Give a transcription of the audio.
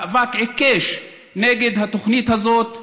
מאבק עיקש נגד התוכנית הזאת.